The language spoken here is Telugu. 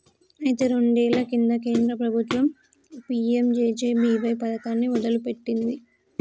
అయితే రెండేళ్ల కింద కేంద్ర ప్రభుత్వం పీ.ఎం.జే.జే.బి.వై పథకాన్ని మొదలుపెట్టింది